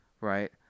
Right